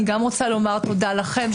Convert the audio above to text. אני גם רוצה לומר תודה לכם,